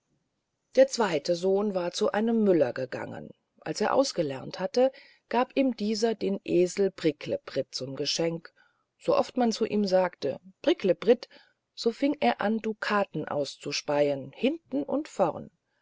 der zweite sohn war zu einem müller gegangen als er ausgelernt hatte gab ihm dieser den esel bricklebrit zum geschenk so oft man zu ihm sagte bricklebrit so fing er an ducaten auszuspeien hinten und vorn